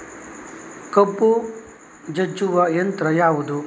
ಕಬ್ಬು ಜಜ್ಜುವ ಯಂತ್ರ ಯಾವುದು?